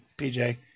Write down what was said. PJ